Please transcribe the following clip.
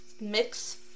Mix